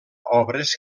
obres